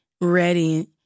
ready